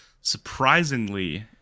surprisingly